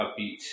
upbeat